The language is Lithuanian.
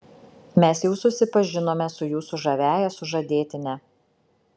mes jau susipažinome su jūsų žaviąja sužadėtine